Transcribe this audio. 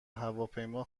هواپیما